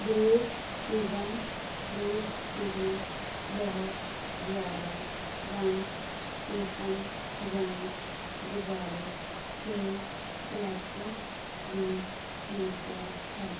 bruxism bruxism ਬਹੁਤ ਜ਼ਿਆਦਾ ਦੰਦ ਪੀਸਣ ਜਾਂ ਜਬਾੜੇ ਦੇ ਕਲੈਂਚਿੰਗ ਦੀ ਸਮੱਸਿਆ ਹੈ